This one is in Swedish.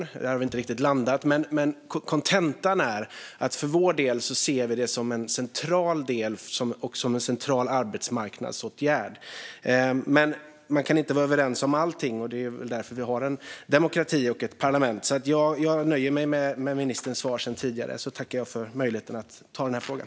Där har vi dock inte riktigt landat än. Kontentan är att vi ser detta som en central arbetsmarknadsåtgärd. Man kan inte vara överens om allting. Det är väl därför vi har demokrati och ett parlament. Jag nöjer mig med ministerns svar och tackar för möjligheten att ta upp den här frågan.